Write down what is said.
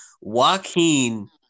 Joaquin